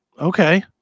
Okay